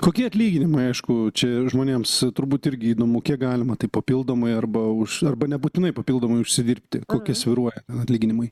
kokie atlyginimai aišku čia žmonėms turbūt irgi įdomu kiek galima tai papildomai arba už arba nebūtinai papildomai užsidirbti koki svyruoja atlyginimai